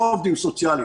לא עובדים סוציאליים.